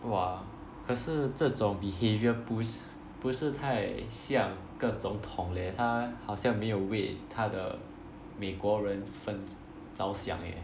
!wah! 可是这种 behaviour 不不是太像个总统 leh 他好像没有为他的美国人分着想 eh